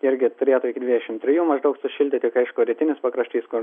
irgi turėtų iki dvidešimt trijų maždaug sušildyti kai aišku rytinis pakraštys kur